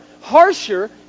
harsher